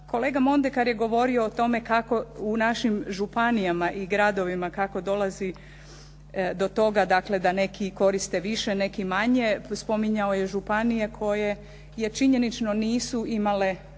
Kolega Mondekar je govorio o tome kako u našim županijama i gradovima kako dolazi do toga, dakle da neki koriste više, neki manje. Spominjao je županije koje činjenično nisu imale